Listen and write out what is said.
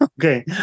Okay